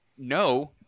No